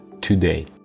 today